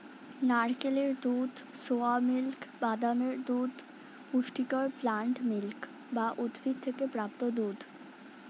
নারকেলের দুধ, soya milk, বাদামের দুধ পুষ্টিকর প্লান্ট মিল্ক বা উদ্ভিদ থেকে প্রাপ্ত দুধ